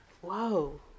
Whoa